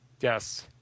Yes